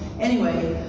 anyway,